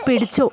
പിടിച്ചു